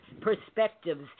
perspectives